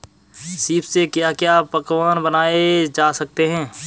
सीप से क्या क्या पकवान बनाए जा सकते हैं?